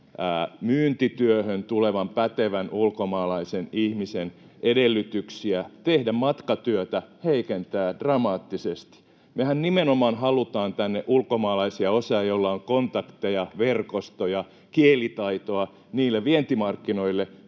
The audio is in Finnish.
myyntityöhön tulevan pätevän ulkomaalaisen ihmisen edellytyksiä tehdä matkatyötä. Mehän nimenomaan halutaan tänne ulkomaalaisia osaajia, joilla on kontakteja, verkostoja, kielitaitoa, niille vientimarkkinoille,